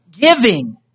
Giving